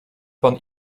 pan